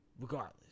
regardless